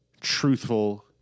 truthful